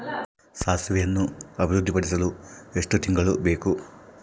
ಸಾಸಿವೆಯನ್ನು ಅಭಿವೃದ್ಧಿಪಡಿಸಲು ಎಷ್ಟು ತಿಂಗಳು ಬೇಕು?